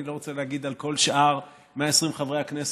אני לא רוצה להגיד שעל כל שאר 120 חברי הכנסת: